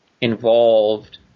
involved